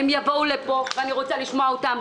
הם יבואו לפה ואני רוצה לשמוע אותם,